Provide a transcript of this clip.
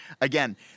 Again